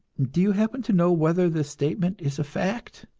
do you happen to know whether the statement is a fact?